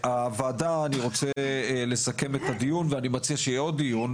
אני רוצה לסכם את הדיון ואני רוצה שיהיה עוד דיון,